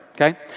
Okay